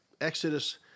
Exodus